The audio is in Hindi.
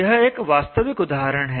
यह एक वास्तविक उदाहरण है